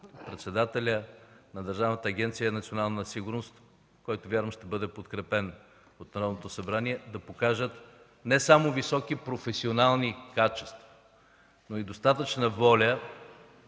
председателят на Държавната агенция „Национална сигурност”, който вярвам, че ще бъде подкрепен от Народното събрание, да покажат не само високи професионални качества, но и достатъчно